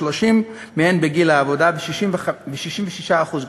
30% מהן בגיל העבודה ו-66% קשישות.